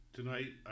Tonight